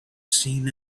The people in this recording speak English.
seen